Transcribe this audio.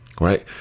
right